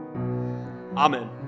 Amen